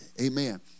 Amen